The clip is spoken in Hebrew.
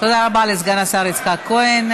תודה רבה לסגן השר יצחק כהן.